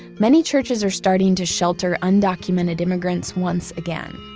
many churches are starting to shelter undocumented immigrants once again.